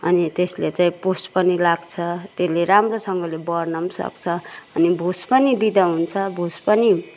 अनि त्यसले चाहिँ पोष पनि लाग्छ त्यसले राम्रोसँगले बढ्न पनि सक्छ अनि भुस पनि दिँदा हुन्छ भुस पनि